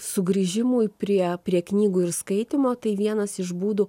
sugrįžimui prie prie knygų ir skaitymo tai vienas iš būdų